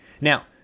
Now